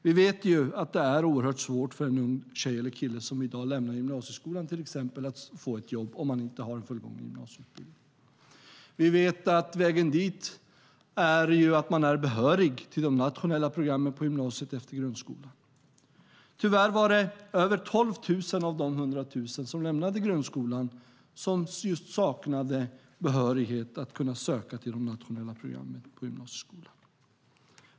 Vi vet att det är oerhört svårt för en ung tjej eller kille som i dag lämnar gymnasieskolan att få ett jobb om man inte har en fullgången gymnasieutbildning. Vi vet att vägen dit är att man är behörig till de nationella programmen på gymnasiet efter grundskolan. Tyvärr var det över 12 000 av de 100 000 som lämnade grundskolan som saknade behörighet för att söka till de nationella programmen i gymnasieskolan.